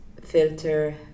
filter